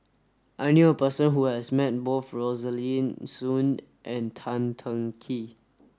I knew a person who has met both Rosaline Soon and Tan Teng Kee